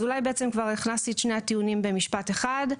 אולי בעצם כבר הכנסתי את שני הטיעונים במשפט אחד.